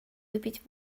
выпить